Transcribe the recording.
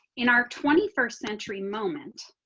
in our twenty first century moment.